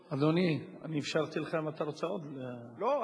אדוני, אם אתה רוצה, אם אפשרתי לך עוד, לא.